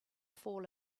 fall